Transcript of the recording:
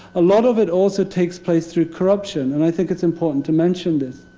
a lot of it also takes place through corruption. and i think it's important to mention this.